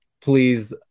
please